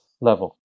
level